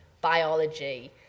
biology